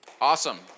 Awesome